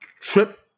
trip